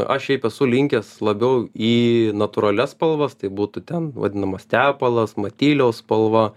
aš šiaip esu linkęs labiau į natūralias spalvas tai būtų ten vadinamas tepalas matyliaus spalva